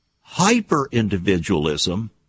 hyper-individualism